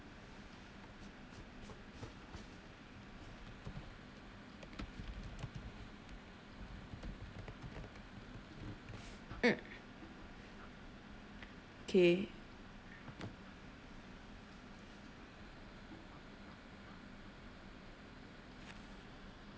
mm okay